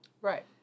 Right